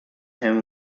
him